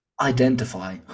identify